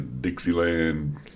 Dixieland